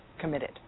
committed